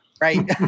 Right